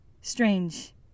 Strange